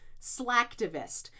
slacktivist